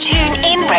TuneIn